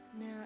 Now